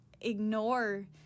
ignore